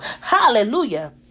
Hallelujah